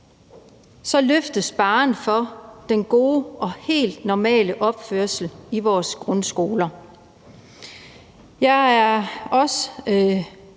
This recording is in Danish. så sænkes barren for den gode og helt normale opførsel i vores grundskoler. Jeg er også